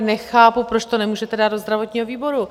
Nechápu, proč to nemůžete dát do zdravotního výboru.